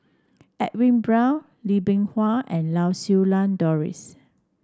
Edwin Brown Lee Bee Wah and Lau Siew Lang Doris